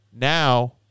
now